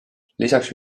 lisaks